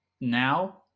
now